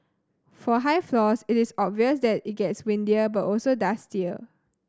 for high floors it is obvious that it gets windier but also dustier